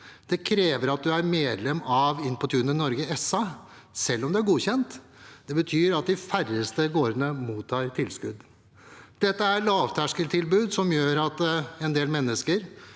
Det krever at man er medlem av Inn på tunet Norge SA, selv om man er godkjent. Det betyr at de færreste gårdene mottar tilskudd. Dette er et lavterskeltilbud som gjør at en del mennesker